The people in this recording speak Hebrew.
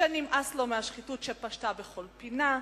שנמאס לו מהשחיתות שפשתה בכל פינה,